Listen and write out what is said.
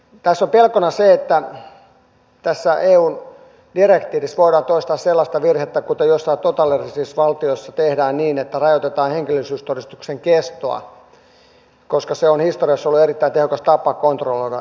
tässä on pelkona se että tässä eun direktiivissä voidaan toistaa sellainen virhe kuten joissain totalitaristisissa valtioissa tehdään että rajoitetaan henkilöllisyystodistuksen kestoa koska se on historiassa ollut erittäin tehokas tapa kontrolloida ihmisiä